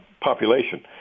population